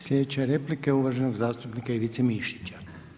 Slijedeća replika je uvaženog zastupnika Ivice Mišića.